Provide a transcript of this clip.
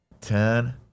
ten